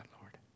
Lord